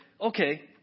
okay